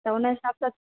त उनजे हिसाब सां